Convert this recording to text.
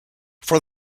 for